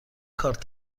کارت